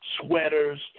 sweaters